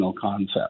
concept